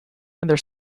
their